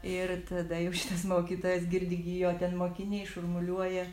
ir tada jau šitas mokytojas girdi gi jo ten mokiniai šurmuliuoja